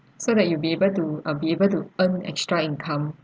so that you'll be able to ah be able to earn extra income